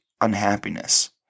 unhappiness